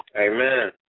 Amen